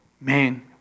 man